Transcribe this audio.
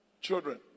Children